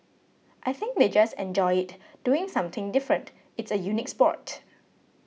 I think they just enjoy it doing something different it's a unique sport